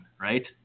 right